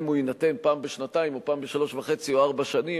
אם הוא יינתן פעם בשנתיים או פעם בשלוש וחצי או ארבע שנים,